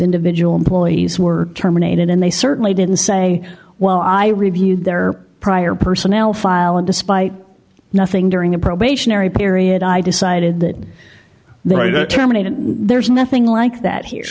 individual employees were terminated and they certainly didn't say well i reviewed their prior personnel file and despite nothing during a probationary period i decided that the right to terminate and there's nothing like that here